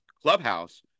clubhouse